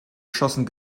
schossen